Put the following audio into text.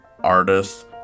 artists